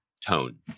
tone